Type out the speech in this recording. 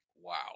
Wow